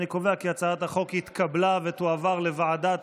אני קובע כי הצעת החוק התקבלה ותעבור לוועדת